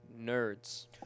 nerds